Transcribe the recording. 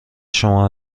شما